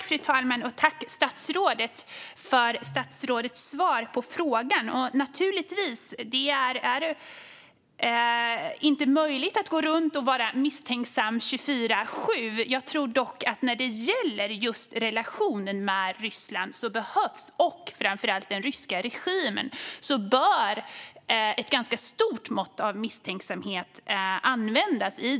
Fru talman! Jag tackar för statsrådets svar på frågan. Naturligtvis är det inte möjligt att gå runt och vara misstänksam 24:7. Jag tror dock att när det gäller just relationen med Ryssland, och framför allt den ryska regimen, bör man ha ett ganska stort mått av misstänksamhet.